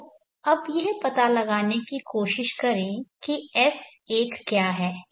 तो अब यह पता लगाने की कोशिश करें कि S1 क्या है